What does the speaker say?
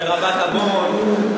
ברבת-עמון,